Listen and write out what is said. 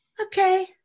Okay